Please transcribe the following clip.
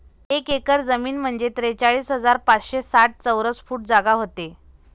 एक एकर जमीन म्हंजे त्रेचाळीस हजार पाचशे साठ चौरस फूट जागा व्हते